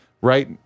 right